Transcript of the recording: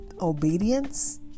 obedience